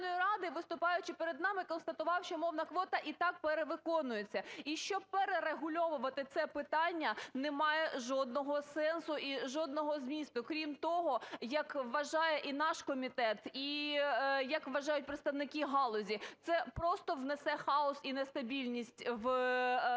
виступаючи перед нами, констатував, що мовна квота і так перевиконується. І щоб перерегульовувати це питання, немає жодного сенсу і жодного змісту. Крім того, як вважає і наш комітет, і як вважають представники галузі, – це просто внесе хаос і нестабільність в